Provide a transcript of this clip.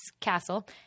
Castle